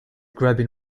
grabbing